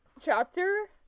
chapter